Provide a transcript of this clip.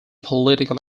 political